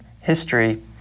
history